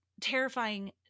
terrifying